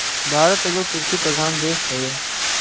भारत एगो कृषि प्रधान देश हवे